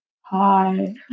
Hi